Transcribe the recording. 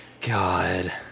god